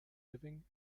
living